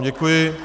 Děkuji.